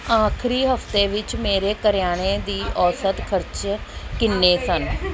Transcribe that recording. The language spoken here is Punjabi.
ਆਖ਼ਰੀ ਹਫ਼ਤੇ ਵਿੱਚ ਮੇਰੇ ਕਰਿਆਨੇ ਦੀ ਔਸਤ ਖ਼ਰਚੇ ਕਿੰਨੇ ਸਨ